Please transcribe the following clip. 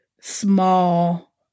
small